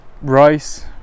rice